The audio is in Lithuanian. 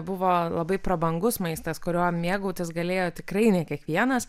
buvo labai prabangus maistas kuriuo mėgautis galėjo tikrai ne kiekvienas